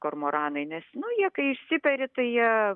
kormoranai nes nu jie kai išsiperi tai jie